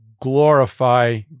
glorify